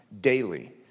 daily